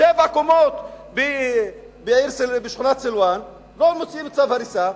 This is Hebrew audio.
שבע קומות בשכונת סילואן, לא מוציאים צו הריסה.